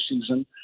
season